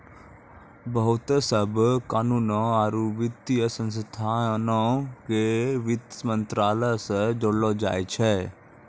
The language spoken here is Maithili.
बहुते सभ कानूनो आरु वित्तीय संस्थानो के वित्त मंत्रालय से जोड़लो जाय छै